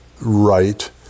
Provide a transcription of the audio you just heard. right